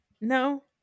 No